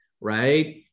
right